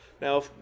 Now